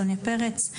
סוניה פרץ.